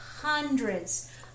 hundreds